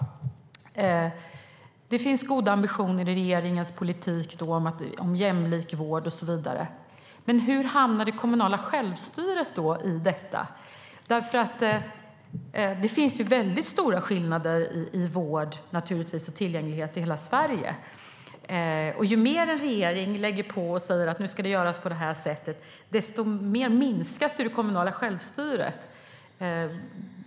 Det finns goda ambitioner om jämlik vård och så vidare i regeringens politik. Men var hamnar det kommunala självstyret i detta? Det finns ju väldigt stora skillnader i Sverige när det gäller vård och tillgänglighet, och ju mer en regering ligger på och säger att nu ska det göras på det här sättet desto mer minskas det kommunala självstyret.